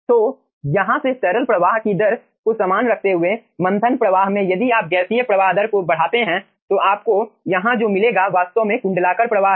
तो यहाँ से तरल प्रवाह की दर को समान रखते हुए मंथन प्रवाह में यदि आप गैसीय प्रवाह दर को बढ़ाते हैं तो आपको यहां जो मिलेगा वास्तव में कुंडलाकार प्रवाह है